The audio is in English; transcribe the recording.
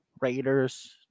Raiders